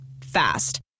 Fast